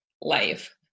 life